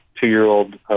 two-year-old